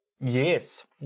Yes